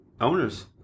Owners